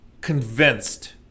convinced